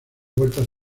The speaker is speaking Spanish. vueltas